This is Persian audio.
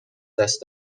دست